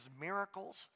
miracles